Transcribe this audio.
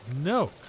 No